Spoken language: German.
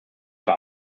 ihre